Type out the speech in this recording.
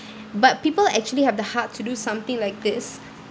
but people actually have the heart to do something like this